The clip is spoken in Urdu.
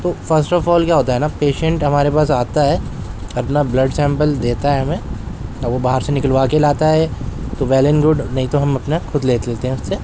تو فرسٹ آف آل کیا ہوتا ہے نہ پیشنٹ ہمارے پاس آتا ہے اپنا بلڈ سیمپل دیتا ہے ہمیں اور وہ باہر سے نکلوا کے لاتا ہے تو ویل اینڈ گڈ نہیں تو ہم اپنا خود لیتے ہیں اس سے